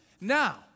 Now